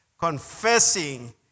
confessing